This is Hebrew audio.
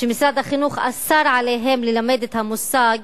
שמשרד החינוך אסר ללמדם את המושג,